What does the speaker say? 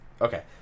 Okay